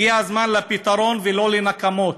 הגיע הזמן לפתרון ולא לנקמות,